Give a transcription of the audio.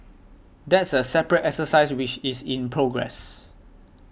that's a separate exercise which is in progress